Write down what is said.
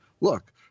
Look